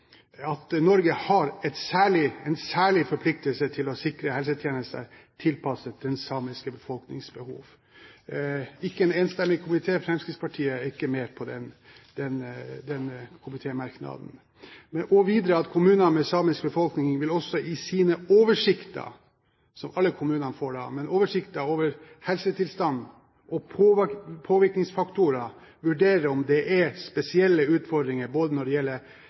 at Norge har en særlig forpliktelse til å sikre helsetjenester tilpasset den samiske befolknings behov – det er ikke en enstemmig komité, Fremskrittspartiet er ikke med på den komitémerknaden – og videre at kommuner med samisk befolkning også i sine oversikter over helsetilstanden og påvirkningsfaktorer – som alle kommunene får – vil «vurdere om det er spesielle utfordringer både når det